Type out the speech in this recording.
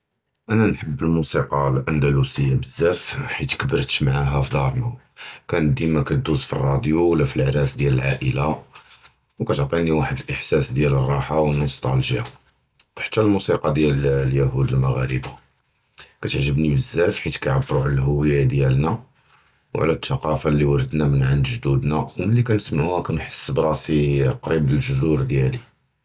אָנָא נְחֵבּ אֶל-מוּסִיקָה אֶל-אַנְדְּלוּסִיָה בְּזַבַּא, חַיַּת כִּבְּרְתּ מְעַאיהּ פִי-דָּארְנָא, כַּאנְת דִימָא כַּתְדוּז פִי-אֶל-רַדְּיו אוּ לָא פִי-אֶל-עֲרָאס דִיָּאל אֶל-עַאִילָה, וְכַתְעַטִּינִי וַחְדּ אֶל-אֶחְסָּאס דִיָּאל אֶל-רָרַחָה וְאֶל-מוּסְטַלְגִ'יָה. וְחַתּ אֶל-מוּסִיקָה דִיָּאל אֶל-יְהוּד אֶל-מַגַּרְבִיִּין, כַּתְעַגְּבּנִי בְּזַבַּא חַיַּת כִּיַּעְבְּרוּ עַל אֶל-הֻוִיָה דִיָּאלְנָא, וְעַל אֶל-תַּקַּאפָה לִי וָרֵתְנָא מִן עַנְד גְּדוּדְנָא, וּמִלִי כַּנִּסְמַעוהָ כַּנְחֵס בְּרַאסִי קְרִיב לֶגְּזוּר דִיָּאלִי.